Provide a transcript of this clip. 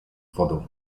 wodę